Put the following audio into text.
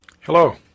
Hello